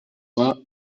war